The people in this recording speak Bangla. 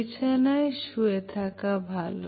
বিছানায় শুয়ে থাকা ভালো